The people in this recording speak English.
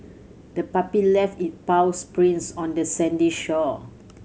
the puppy left it paws prints on the sandy shore